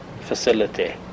facility